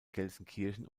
gelsenkirchen